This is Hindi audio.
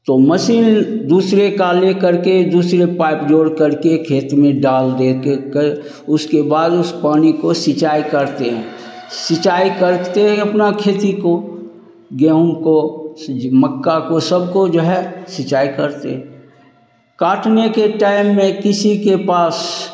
तो मसीन दूसरे का लेकर के दूसरे पाइप जोड़ करके खेत में डाल देके के उसके बाद उस पानी को सिंचाई करते हैं सिंचाई करते अपना खेती को गेहूँ को मक्का को सबको जो है सिंचाई करते हैं काटने के टाइम में किसी के पास